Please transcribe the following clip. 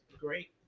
Great